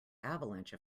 avalanche